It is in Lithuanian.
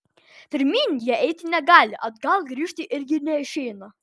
pirmyn jie eiti negali atgal grįžti irgi neišeina